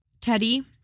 Teddy